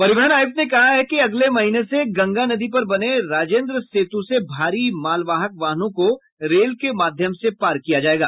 परिवहन आयुक्त ने कहा है कि अगले महीने से गंगा नदी पर बने राजेन्द्र सेतु से भारी मालवाहक वाहनों को रेल के माध्यम से पार किया जायेगा